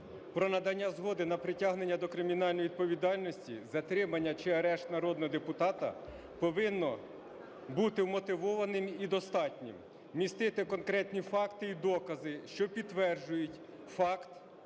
про надання згоди на притягнення до кримінальної відповідальності, затримання чи арешт народного депутата повинно бути вмотивованим і достатнім, містити конкретні факти й докази, що підтверджують факт